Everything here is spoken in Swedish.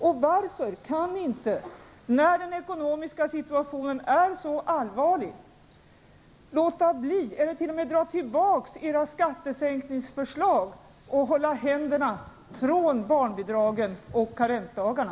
Och varför kan ni inte, när den ekonomiska situationen är så allvarlig, dra tillbaka era skattesänkningsförslag och hålla händerna från barnbidragen och karensdagarna?